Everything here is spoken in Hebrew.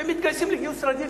ומתגייסים גיוס רגיל,